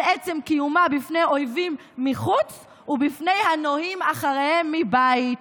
עצם קיומה בפני אויבים מחוץ ובפני הנוהים אחריהם מבית".